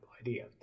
idea